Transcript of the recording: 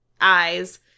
eyes